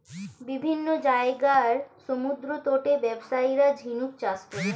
বিভিন্ন জায়গার সমুদ্রতটে ব্যবসায়ীরা ঝিনুক চাষ করে